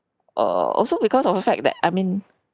err also because of the fact that I mean